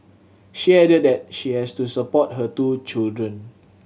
she added that she has to support her two children